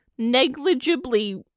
negligibly